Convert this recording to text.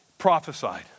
Prophesied